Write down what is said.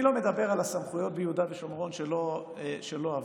אני לא מדבר על הסמכויות ביהודה ושומרון שלא עברו,